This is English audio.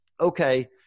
okay